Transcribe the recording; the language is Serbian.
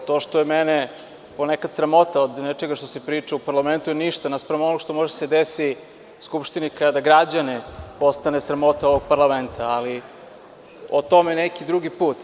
To što je mene ponekad sramota od nečega što se priča u parlamentu je ništa naspram onoga što može da se desi u Skupštini, kada građane postane sramota ovog parlamenta, ali o tome neki drugi put.